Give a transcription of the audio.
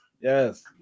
Yes